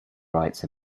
writes